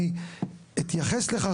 אני אתייחס לכך,